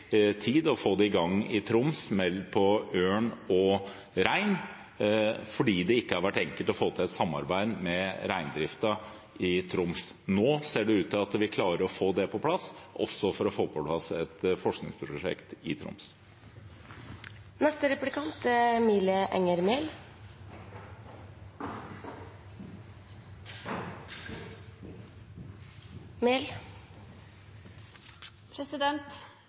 tid å få det i gang i Troms, på ørn og rein, fordi det ikke har vært enkelt å få til et samarbeid med reindriften i Troms. Nå ser det ut til at vi klarer å få det på plass, også for å få på plass et forskningsprosjekt i Troms. Statsråden begynte sitt innlegg med å snakke om at artsmangfoldet i verden er